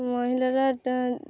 মহিলারা